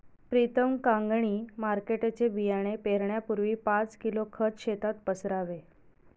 प्रीतम कांगणी मार्केटचे बियाणे पेरण्यापूर्वी पाच किलो खत शेतात पसरावे